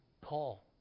Paul